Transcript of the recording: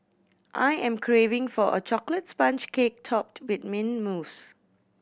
I am craving for a chocolate sponge cake topped with mint mousse